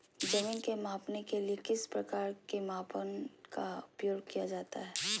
जमीन के मापने के लिए किस प्रकार के मापन का प्रयोग किया जाता है?